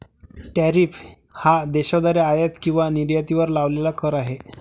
tariff हा देशाद्वारे आयात किंवा निर्यातीवर लावलेला कर आहे